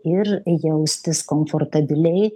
ir jaustis komfortabiliai